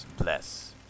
bless